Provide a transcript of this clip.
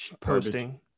posting